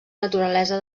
naturalesa